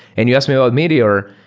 and you asked me about meteor,